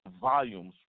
volumes